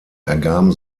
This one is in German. ergaben